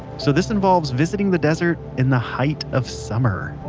so, this involves visiting the desert in the height of summer